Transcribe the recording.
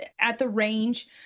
at-the-range